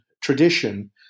tradition